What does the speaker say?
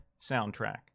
soundtrack